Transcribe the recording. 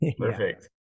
perfect